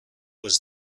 was